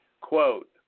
quote